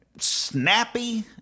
Snappy